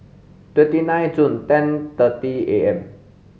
twenty nine June ten thirty A M